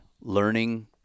learning